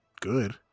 good